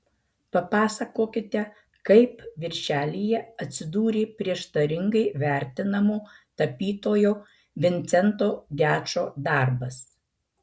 papasakokite kaip viršelyje atsidūrė prieštaringai vertinamo tapytojo vincento gečo darbas